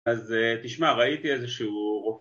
אז תשמע ראיתי איזה שיעור